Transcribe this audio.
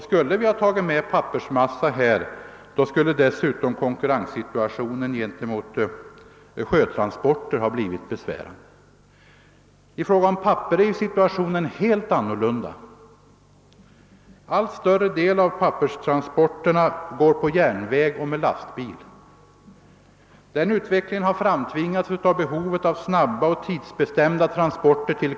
Skulle vi tagit med även pappersmassan i detta fall, så hade konkurrenssituationen gentemot sjötransporterna blivit besvärande. För papper är situationen annorlunda. En allt större del av papperstransporterna går på järnväg och med lastbilar, och utvecklingen där har framtvingats av behov av snabba och tidsbestämda transporter.